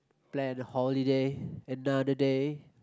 plan holiday another day